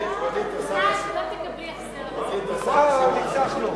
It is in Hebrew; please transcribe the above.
התש"ע 2010, לדיון מוקדם בוועדת הכלכלה נתקבלה.